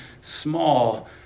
small